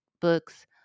books